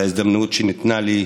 על ההזדמנות שניתנה לי.